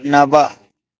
नव